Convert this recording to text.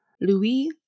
Louis